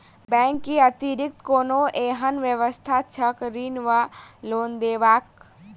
Bank केँ अतिरिक्त कोनो एहन व्यवस्था छैक ऋण वा लोनदेवाक?